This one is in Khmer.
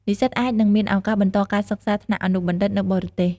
និស្សិតអាចនឹងមានឱកាសបន្តការសិក្សាថ្នាក់អនុបណ្ឌិតនៅបរទេស។